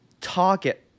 target